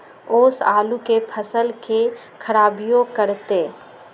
ओस आलू के फसल के खराबियों करतै?